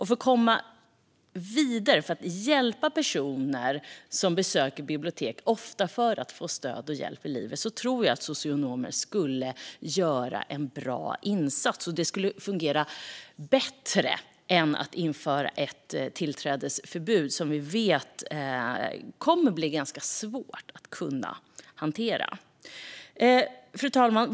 För att komma vidare och hjälpa personer som besöker bibliotek, ofta för att få stöd och hjälp i livet, tror jag att socionomer skulle göra en bra insats. Det skulle fungera bättre än att införa ett tillträdesförbud, som vi vet kommer att bli ganska svårt att hantera. Fru talman!